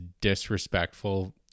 disrespectful